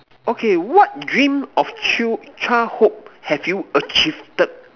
okay what dream of child childhood have you achieved